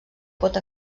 pot